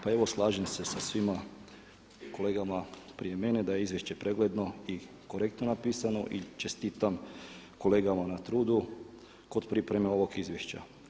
Pa evo slažem se sa svima kolegama prije mene da je izvješće pregledno i korektno napisano i čestitam kolegama na trudu kod pripreme ovog izvješća.